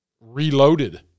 Reloaded